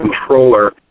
controller